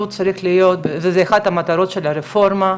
וזו אחת המטרות של הרפורמה,